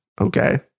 Okay